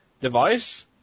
device